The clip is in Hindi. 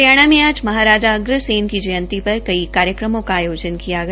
हरियाणा में आज महाराजा अग्रसेन की जयंती पर कई कार्यकमो का आयोजन किया गया